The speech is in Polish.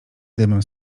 dymem